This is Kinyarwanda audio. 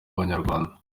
abanyarwanda